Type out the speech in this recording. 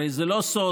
הרי זה לא סוד